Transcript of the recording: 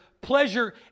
pleasure